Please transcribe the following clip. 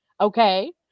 Okay